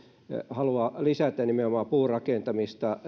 haluaa lisätä nimenomaan puurakentamista